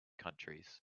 countries